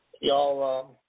Y'all